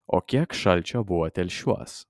o kiek šalčio buvo telšiuos